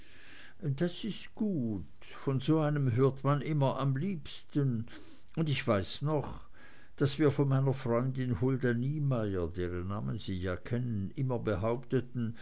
das ist gut von so einem hört man immer am liebsten und ich weiß noch daß wir von meiner freundin hulda niemeyer deren namen sie ja kennen immer behaupteten